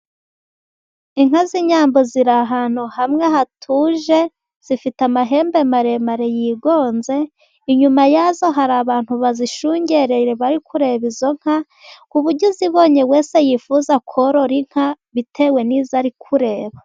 Inka z'inyambo ziri ahantu hamwe hatuje, zifite amahembe maremare yigonze. Inyuma yazo hari abantu bazishungere bari kureba izo nka, ku buryo uzibonye wese yifuza korora inka bitewe n'izo ari kureba.